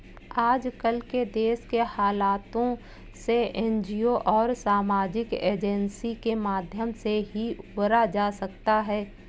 आजकल देश के हालातों से एनजीओ और सामाजिक एजेंसी के माध्यम से ही उबरा जा सकता है